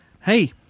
Hey